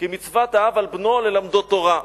כי מצוות האב על בנו ללמדו תורה.